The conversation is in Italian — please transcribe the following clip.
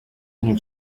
nel